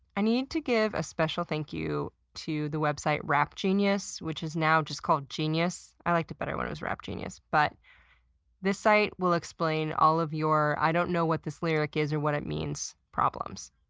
i need to give a special thank you to the website rap genius which is now just called genius i liked it better when it was rap genius but this site will explain all of your i don't know what this lyric is or what it means problems.